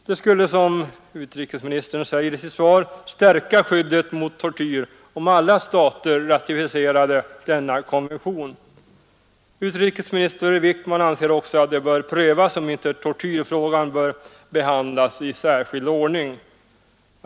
Det skulle, som utrikesministern säger i sitt svar, stärka skyddet mot tortyr om alla stater ratificerade denna konvention. Utrikesminister Wickman anser också att det bör prövas om inte tortyrfrågan bör behandlas i särskild ordning.